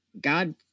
God